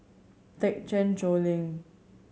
Thekchen Choling